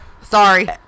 Sorry